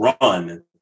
run